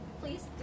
please